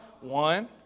One